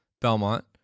Belmont